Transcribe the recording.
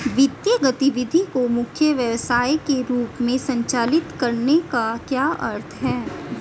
वित्तीय गतिविधि को मुख्य व्यवसाय के रूप में संचालित करने का क्या अर्थ है?